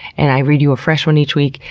and i read you a fresh one each week,